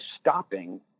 stopping